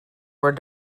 were